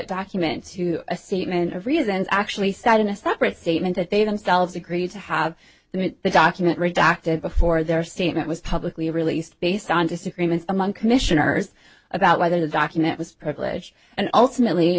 document to a segment of reasons actually said in a separate statement that they themselves agreed to have them and the document redacted before their statement was publicly released based on disagreement among commissioners about whether the document was privileged and ultimately